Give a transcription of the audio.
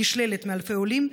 נשללת מאלפי עולים,